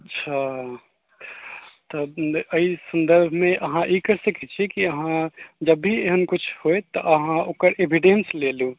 अच्छा तब एहि सन्दर्भमे अहाँ ई करि सकै अहाँ जब भी एहन किछु होइ तऽ अहाँ ओकर एविडेन्स लेलू